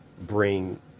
bring